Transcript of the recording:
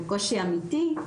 והוא קושי אמיתי,